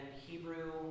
Hebrew